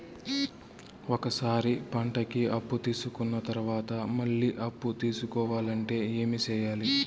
ఒక సారి పంటకి అప్పు తీసుకున్న తర్వాత మళ్ళీ అప్పు తీసుకోవాలంటే ఏమి చేయాలి?